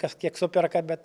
kas kiek superka bet